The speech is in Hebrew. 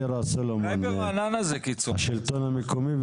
הדין מירה סלומון ממרכז השלטון המקומי.